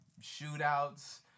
shootouts